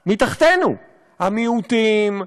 מתחתינו: המיעוטים,